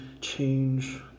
change